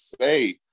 say